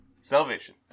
Salvation